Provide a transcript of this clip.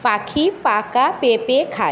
পাখি পাকা পেঁপে খায়